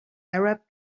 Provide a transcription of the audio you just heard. arab